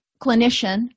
clinician